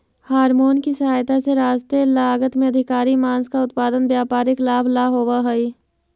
hormone की सहायता से सस्ते लागत में अधिकाधिक माँस का उत्पादन व्यापारिक लाभ ला होवअ हई